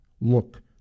look